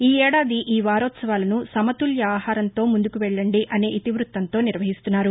ఈఏడాది వారోత్సవాలను సమతుల్య ఆహారంతో ముందుకు వెళ్ళండి అనే ఇతివృత్తంతో నిర్వహిస్తున్నారు